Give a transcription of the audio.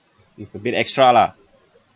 if a bit extra lah